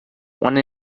one